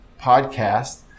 podcast